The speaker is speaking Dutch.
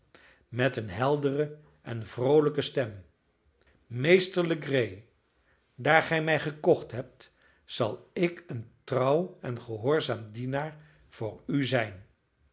met een heldere en vroolijke stem meester legree daar gij mij gekocht heb zal ik een trouw en gehoorzaam dienaar voor u zijn